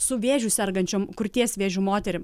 su vėžiu sergančiom krūties vėžiu moterim